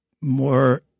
more